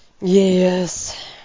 yes